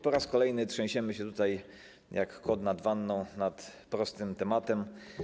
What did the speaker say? Po raz kolejny trzęsiemy się tutaj jak kot nad wanną nad prostym tematem.